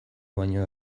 baino